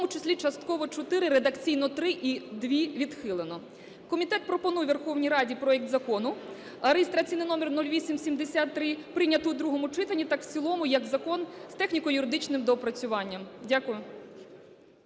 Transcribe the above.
в тому числі частково 4, редакційно 4 і 2 відхилено. Комітет пропонує Верховній Раді проект Закону (реєстраційний номер 0873) прийняти в другому читанні та в цілому як закон з техніко-юридичним доопрацюванням. Дякую.